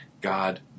God